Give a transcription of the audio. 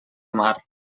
mar